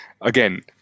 again